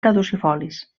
caducifolis